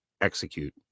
execute